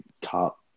top